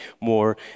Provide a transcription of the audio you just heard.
more